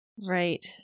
Right